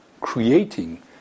creating